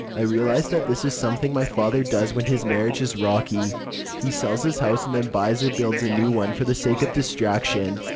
i realize that this is something my father does when his marriage is rocky he sells his house and then buys or builds a new one for the sake of distraction.